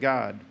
God